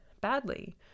badly